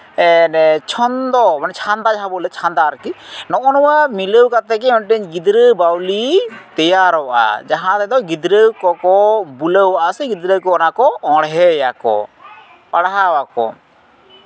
ᱪᱷᱚᱱᱫᱚ ᱢᱟᱱᱮ ᱪᱷᱟᱸᱫᱟ ᱡᱟᱦᱟᱸ ᱵᱚᱱ ᱞᱟᱹᱭᱮᱜ ᱪᱷᱟᱸᱫᱟ ᱟᱨᱠᱤ ᱱᱚᱜᱼᱚᱭ ᱱᱚᱣᱟ ᱢᱤᱞᱟᱹᱣ ᱠᱟᱛᱮ ᱜᱮ ᱢᱤᱫᱴᱮᱱ ᱜᱤᱫᱽᱨᱟᱹ ᱵᱟᱹᱣᱞᱤ ᱛᱮᱭᱟᱨᱚᱜᱼᱟ ᱡᱟᱦᱟᱸ ᱛᱮᱫᱚ ᱜᱤᱫᱽᱨᱟᱹ ᱠᱚᱠᱚ ᱵᱩᱞᱟᱹᱣᱚᱜᱼᱟ ᱥᱮ ᱜᱤᱫᱽᱨᱟᱹ ᱠᱚ ᱚᱱᱟ ᱠᱚ ᱚᱬᱦᱮᱸᱭᱟᱠᱚ ᱯᱟᱲᱦᱟᱣ ᱟᱠᱚ